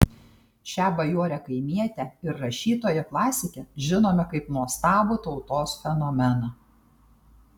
šią bajorę kaimietę ir rašytoją klasikę žinome kaip nuostabų tautos fenomeną